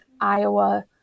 Iowa